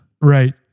Right